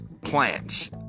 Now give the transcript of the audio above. plants